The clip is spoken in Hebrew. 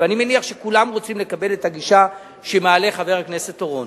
ואני מניח שכולם רוצים לקבל את הגישה שמעלה חבר הכנסת אורון,